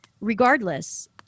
Regardless